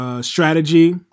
strategy